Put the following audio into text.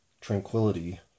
tranquility